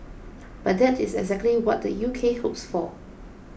but that is exactly what the U K hopes for